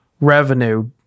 revenue